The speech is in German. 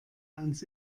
ans